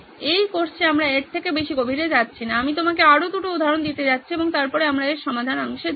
এই কোর্সে আমরা এর থেকে বেশি গভীরে যাচ্ছি না আমি আপনাকে আরও দুটি উদাহরণ দিতে যাচ্ছি এবং তারপরে আমরা এর সমাধান অংশে এগিয়ে যাব